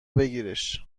بگیرش